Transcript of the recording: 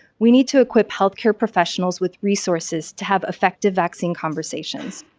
we need to equip healthcare professionals with resources to have effective vaccine conversations.